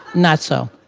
not so.